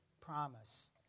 promise